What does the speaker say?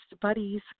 Buddies